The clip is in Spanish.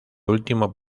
último